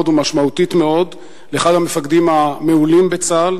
ומשמעותית מאוד לגבי אחד המפקדים המעולים בצה"ל,